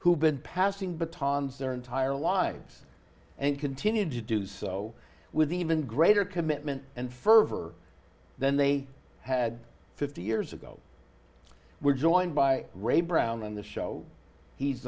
who've been passing bhutan their entire lives and continued to do so with even greater commitment and fervor than they had fifty years ago we're joined by ray brown on the show he's